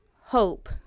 hope